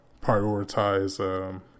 prioritize